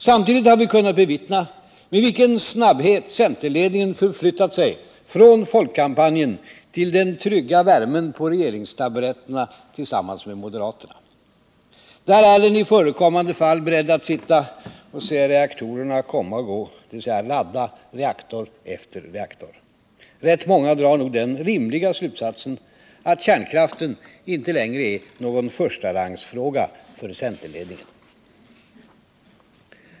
Samtidigt har vi kunnat bevittna med vilken snabbhet centerledningen förflyttat sig från folkkampanjen till den trygga värmen på regeringstaburetterna tillsammans med moderaterna. Där är den i förekommande fall beredd att sitta och se reaktorerna komma och gå, dvs. ladda reaktor efter reaktor. Rätt många drar nog den rimliga slutsatsen att kärnkraften inte längre är någon förstarangsfråga för centerledningen.